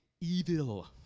evil